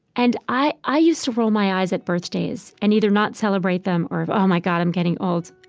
and i i used to roll my eyes at birthdays and either not celebrate them, or oh my god, i'm getting old.